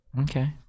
Okay